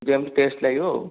ଯେମିତି ଟେଷ୍ଟ୍ ଲାଗିବ ଆଉ